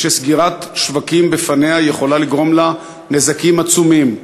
ושסגירת שווקים בפניה יכולה לגרום לה נזקים עצומים.